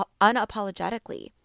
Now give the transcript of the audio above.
unapologetically